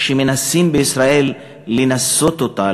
שמנסים בישראל לנסות אותה,